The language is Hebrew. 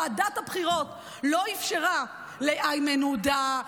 ועדת הבחירות לא אפשרה לאיימן עודה,